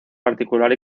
particular